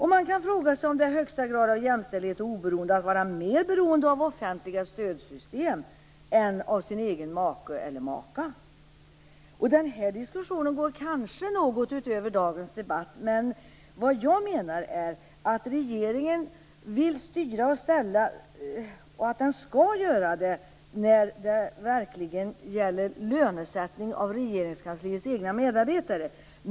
Man kan fråga sig om det är högsta grad av jämställdhet och oberoende att vara mer beroende av offentliga stödsystem än av sin egen make eller maka. Den här diskussionen går kanske något utöver dagens debatt. Jag menar att regeringen vill styra och ställa, och den skall göra det när det verkligen gäller lönesättning av Regeringskansliets egna medarbetare.